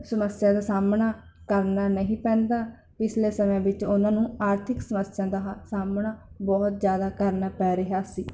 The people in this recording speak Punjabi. ਸਮੱਸਿਆ ਦਾ ਸਾਹਮਣਾ ਕਰਨਾ ਨਹੀਂ ਪੈਂਦਾ ਪਿਛਲੇ ਸਮਿਆਂ ਵਿੱਚ ਉਹਨਾਂ ਨੂੰ ਆਰਥਿਕ ਸਵਸਥ ਸਨਦਹਾ ਸਾਹਮਣਾ ਬਹੁਤ ਜ਼ਿਆਦਾ ਕਰਨਾ ਪੈ ਰਿਹਾ ਸੀ